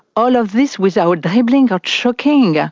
all of this without dribbling or choking. yeah